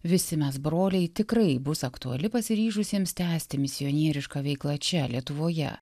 visi mes broliai tikrai bus aktuali pasiryžusiems tęsti misionierišką veiklą čia lietuvoje